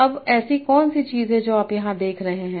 अब ऐसी कौन सी चीज़ है जो आप यहाँ देख रहे हैं